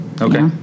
Okay